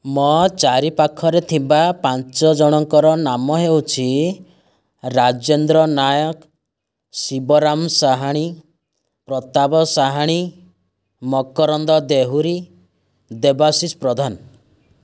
ମୋ ଚାରି ପାଖରେ ଥିବା ପାଞ୍ଚଜଣଙ୍କ ନାମ ହେଉଛି ରାଜେନ୍ଦ୍ର ନାୟକ ଶିବରାମ ସାହାଣୀ ପ୍ରତାପ ସାହାଣୀ ମକରନ୍ଦ ଦେହୁରୀ ଦେବାଶିଷ ପ୍ରଧାନ